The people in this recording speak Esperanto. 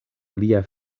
lia